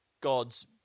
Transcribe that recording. God's